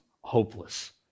hopeless